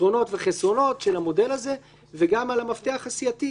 יתרונות וחסרונות של המודל הזה וגם על המפתח הסיעתי,